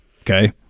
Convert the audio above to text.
Okay